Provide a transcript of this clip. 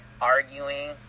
arguing